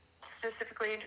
specifically